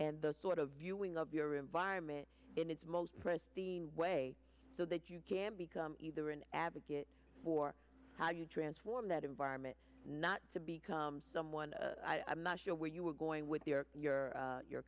and those sort of viewing of your environment in its most pristine way so that you can become either an advocate for how you transform that environment not to become someone i'm not sure where you are going with your your your